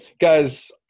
guys